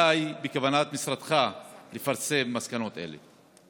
3. מתי בכוונת משרדך לפרסם מסקנות אלה?